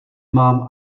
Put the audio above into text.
mám